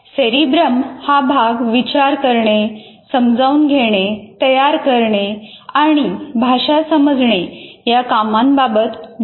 cerebrum हा भाग विचार करणे समजावून घेणे तयार करणे आणि भाषा समजणे या कामांबाबत जबाबदार असतो